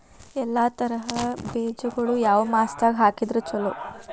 ಎಲ್ಲಾ ತರದ ಬೇಜಗೊಳು ಯಾವ ಮಾಸದಾಗ್ ಹಾಕಿದ್ರ ಛಲೋ?